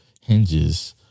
hinges